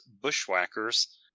Bushwhackers